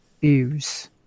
views